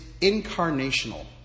incarnational